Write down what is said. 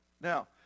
Now